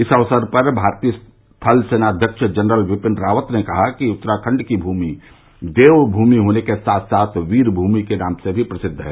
इस अवसर पर भारतीय थल सेनाध्यक्ष जनरल विपिन रायत ने कहा कि उत्तराखंड की भूमि देवमूमि होने के साथ साथ वीरमूमि के नाम से भी प्रसिद्ध है